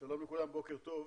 שלום לכולם, בוקר טוב.